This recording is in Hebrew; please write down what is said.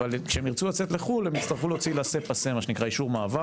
אבל כשירצו לצאת לחו"ל, יצטרכו אישור מעבר.